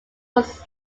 was